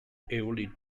early